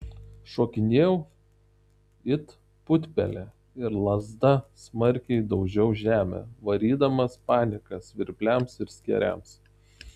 šokinėjau it putpelė ir lazda smarkiai daužiau žemę varydamas paniką svirpliams ir skėriams